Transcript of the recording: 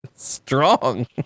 Strong